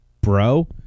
bro